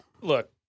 look